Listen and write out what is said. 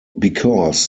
because